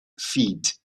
feet